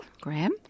Graham